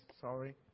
sorry